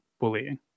bullying